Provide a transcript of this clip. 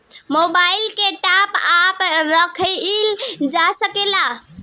Mobile के टाप आप कराइल जा सकेला का?